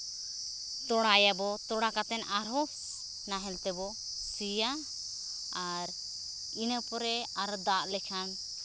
ᱛᱚᱲᱟᱭᱟᱵᱚ ᱛᱚᱲᱟ ᱠᱟᱛᱮᱫ ᱟᱨᱦᱚᱸ ᱱᱟᱦᱮᱞ ᱛᱮᱵᱚ ᱥᱤᱭᱟ ᱟᱨ ᱤᱱᱟᱹ ᱯᱚᱨᱮ ᱟᱨ ᱫᱟᱜ ᱞᱮᱠᱷᱟᱱ